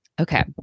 Okay